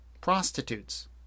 Prostitutes